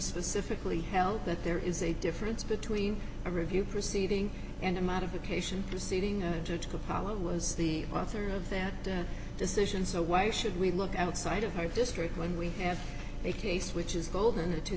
specifically held that there is a difference between a review proceeding and a modification proceeding a judge to follow was the author of that decision so why should we look outside of her district when we have a case which is gold in the two